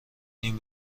نیم